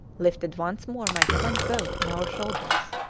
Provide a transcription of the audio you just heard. lifted once more my gallant boat on our shoulders,